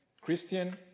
Christian